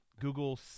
Google